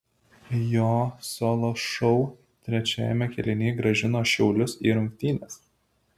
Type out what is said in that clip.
jo solo šou trečiajame kėlinyje grąžino šiaulius į rungtynes